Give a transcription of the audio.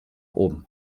oben